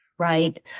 right